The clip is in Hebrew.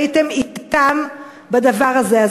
הייתם אתם בדבר הזה.